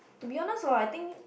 to be honest hor I think